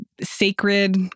sacred